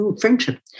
friendship